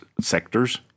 sectors